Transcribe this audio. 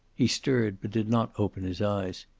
he stirred, but did not open his eyes.